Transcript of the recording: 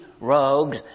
rogues